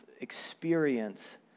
experience